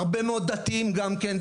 הרבה מאוד דתיים גם כן,